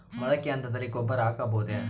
ಮೊಳಕೆ ಹಂತದಲ್ಲಿ ಗೊಬ್ಬರ ಹಾಕಬಹುದೇ?